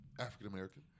African-American